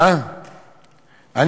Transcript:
למה אתה עושה להם פרסום?